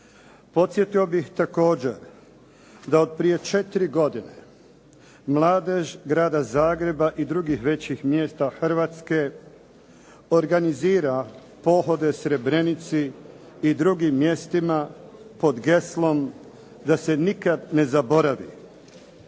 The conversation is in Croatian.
Podsjetio bih također da od prije 4 godine mladež grada Zagreba i drugih većih mjesta Hrvatske organizira pohode Srebrenici i drugim mjestima pod geslom "da se nikad ne zaboravi".